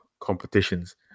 competitions